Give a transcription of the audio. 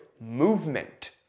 movement